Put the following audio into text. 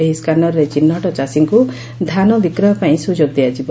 ଏହି ସ୍କାନରରେ ଚିହ୍ନଟ ଚାଷୀଙ୍କୁ ଧାନବିକ୍ରୟ ପାଇଁ ସୁଯୋଗ ଦିଆଯିବ